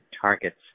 targets